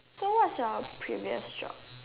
then what's your previous job